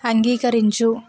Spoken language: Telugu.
అంగీకరించు